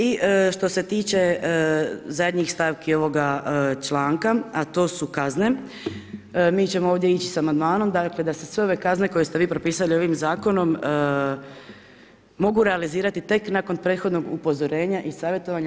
I što će tiče zadnjih stavki ovoga članka, a to su kazne mi ćemo ovdje ići sa amandmanom, dakle da se sve ove kazne koje ste vi propisali ovim zakonom mogu realizirati tek nakon prethodnog upozorenja i savjetovanja.